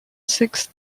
six